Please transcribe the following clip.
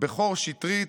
בכור שיטרית,